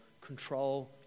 control